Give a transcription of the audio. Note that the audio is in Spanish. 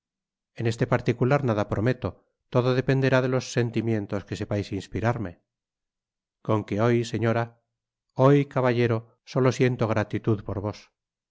en este particular nada prometo todo dependerá de los sentimientos que sepais inspirarme con que hoy señora hoy caballero solo siento gratitud por vos